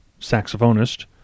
saxophonist